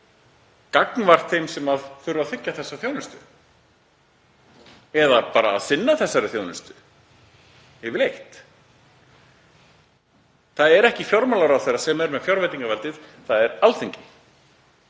gagnvart þeim sem þurfa að þiggja þessa þjónustu eða bara sinna þessari þjónustu yfirleitt? Það er ekki fjármálaráðherra sem er með fjárveitingavaldið, það er Alþingi.